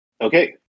Okay